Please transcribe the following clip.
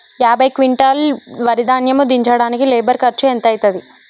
యాభై క్వింటాల్ వరి ధాన్యము దించడానికి లేబర్ ఖర్చు ఎంత అయితది?